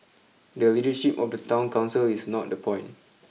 the leadership of the town council is not the point